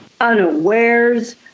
unawares